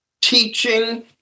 teaching